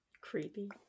Creepy